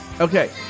Okay